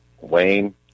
Wayne